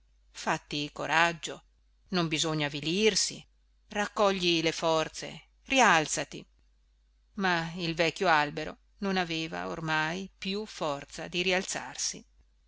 fatti coraggio non bisogna avvilirsi raccogli le forze rialzati ma il vecchio albero non aveva ormai più forza di rialzarsi